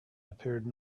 appeared